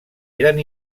eren